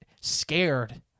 scared